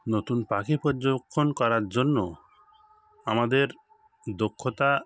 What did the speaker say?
নতুন পাখি পর্যবেক্ষণ করার জন্য আমাদের দক্ষতা